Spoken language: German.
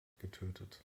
getötet